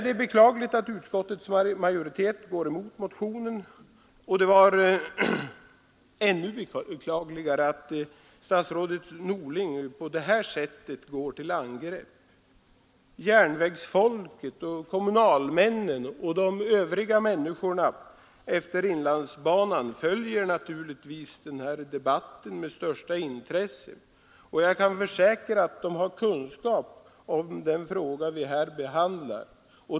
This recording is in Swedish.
Det är beklagligt att utskottets majoritet går emot motionen, och det var ännu beklagligare att statsrådet Norling på detta sätt går till angrepp. Järnvägsfolket, kommunalmännen och de övriga människorna längs inlandsbanan följer naturligtvis denna debatt med största intresse, och jag kan försäkra att de har kunskap om den fråga vi här behandlar.